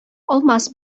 алмаз